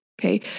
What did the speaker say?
okay